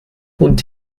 und